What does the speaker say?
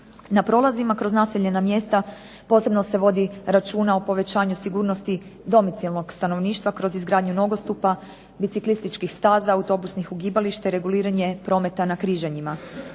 Na prolazima kroz naseljena mjesta posebno se vodi računa o povećanju sigurnosti domicijelnog stanovništva kroz izgradnju nogostupa, biciklističkih staza, autobusnih ugibališta i reguliranje prometa na križanjima.